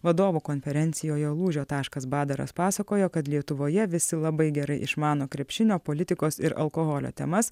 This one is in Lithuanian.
vadovų konferencijoje lūžio taškas badaras pasakojo kad lietuvoje visi labai gerai išmano krepšinio politikos ir alkoholio temas